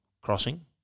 crossing